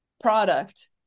product